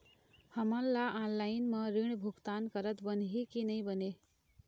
हमन ला ऑनलाइन म ऋण भुगतान करत बनही की नई बने?